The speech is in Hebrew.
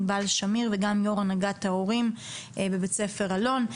ענבל שמיר וגם יו"ר הנהגת ההורים בבית ספר אלון.